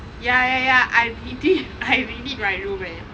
ya ya ya I did did I re did my room leh